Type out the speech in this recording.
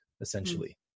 essentially